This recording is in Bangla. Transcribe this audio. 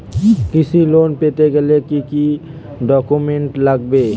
কৃষি লোন পেতে গেলে কি কি ডকুমেন্ট লাগবে?